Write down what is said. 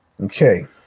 Okay